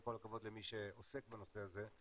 וכל הכבוד למי שעוסק בנושא הזה.